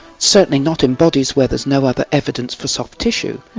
certainly not in bodies where there's no other evidence for soft tissue.